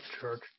church